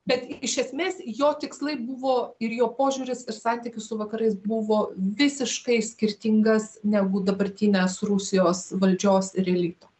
bet iš esmės jo tikslai buvo ir jo požiūris ir santykis su vakarais buvo visiškai skirtingas negu dabartinės rusijos valdžios ir elito